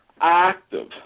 active